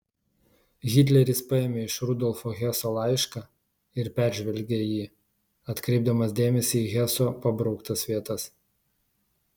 hitleris paėmė iš rudolfo heso laišką ir peržvelgė jį atkreipdamas dėmesį į heso pabrauktas vietas